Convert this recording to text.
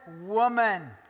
woman